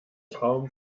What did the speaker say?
traum